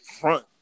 front